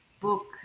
book